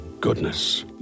goodness